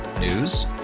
News